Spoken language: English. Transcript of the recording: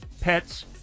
Pets